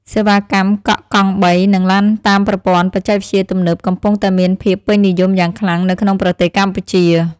សេវាកម្មកក់កង់បីនិងឡានតាមប្រព័ន្ធបច្ចេកវិទ្យាទំនើបកំពុងតែមានភាពពេញនិយមយ៉ាងខ្លាំងនៅក្នុងប្រទេសកម្ពុជា។